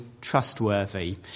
trustworthy